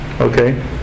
okay